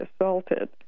assaulted